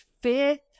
fifth